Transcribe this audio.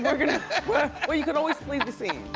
but but you can always flee the seat,